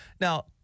Now